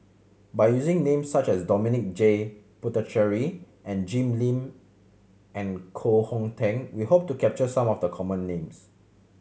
by using names such as Dominic J Puthucheary and Jim Lim and Koh Hong Teng we hope to capture some of the common names